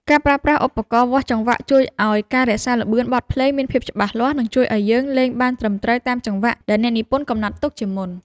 ការប្រើប្រាស់ឧបករណ៍វាស់ចង្វាក់ជួយឱ្យការរក្សាល្បឿនបទភ្លេងមានភាពច្បាស់លាស់ និង ជួយឱ្យយើងលេងបានត្រឹមត្រូវតាមចង្វាក់ដែលអ្នកនិពន្ធកំណត់ទុកជាមុន។